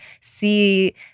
see